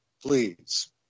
please